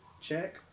check